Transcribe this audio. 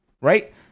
Right